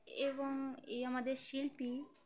এবং এই আমাদের শিল্পী